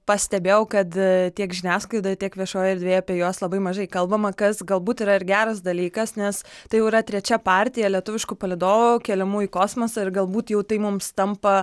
pastebėjau kad tiek žiniasklaidoj tiek viešojoj erdvėje apie juos labai mažai kalbama kas galbūt yra ir geras dalykas nes tai jau yra trečia partija lietuviškų palydovų keliamų į kosmosą ir galbūt jau tai mums tampa